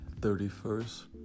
31st